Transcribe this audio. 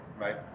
right